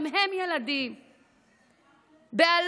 גם הם ילדים באלות,